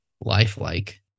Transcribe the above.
Lifelike